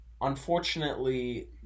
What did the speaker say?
unfortunately